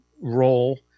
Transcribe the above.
role